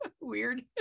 weird